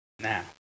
Now